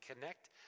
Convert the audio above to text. connect